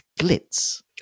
glitz